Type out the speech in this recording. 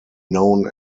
known